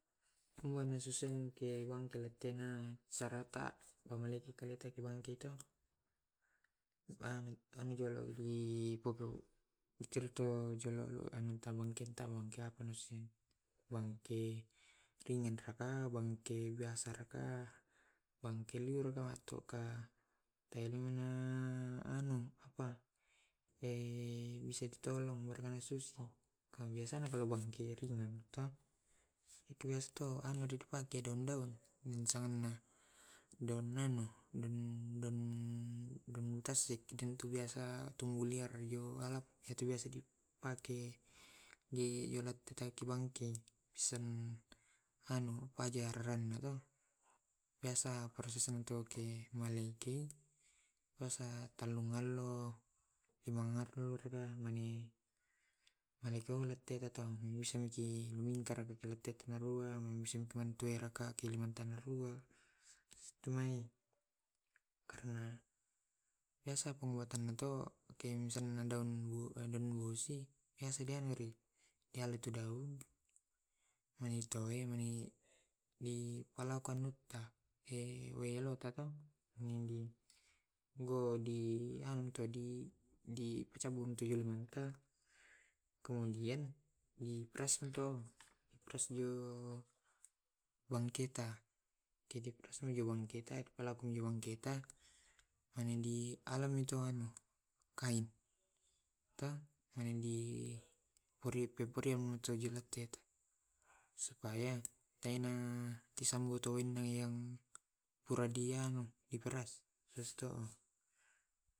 sengke wangke matena sarata pamulaiki jolo wangke ringen raka nabangke biasa raka bangke anu apa usa tu tolong weraa susa. Kabiasana karena biasana bange ringan to daun-daun daun nanu daun tassik den tu biasa tumbuh liar ano alat iyaro biasa di pake di bangke pajai rarana to. Biasa prosesna untuk ke malliking, biasa tellungallo lima ngallo raka mange meliku lette misengki mulingkar tenarua musimki tenarua tumai, karena biasa pembuatanna to biasa ke daun busi biasa di anui dialle tu daun mangi toe mangi dipalau ku anutta wae elota to wani di anu di di pacambuni kemudian diperas bangketa kede peras bangketa kelao bangketa ane dialami tu anu kain, ta mani di supaya tena tisambu to tuenna yang pura diano di peras terus tu.